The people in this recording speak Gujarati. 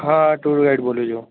હા ટૂર ગાઈડ બોલું છું